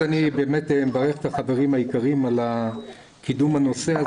ראשית אני מברך את החברים היקרים על קידום הנושא.